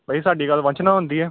ਭਾਅ ਜੀ ਸਾਡੀ ਗੱਲ ਵੰਸ਼ ਨਾਲ ਹੁੰਦੀ ਆ